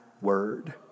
word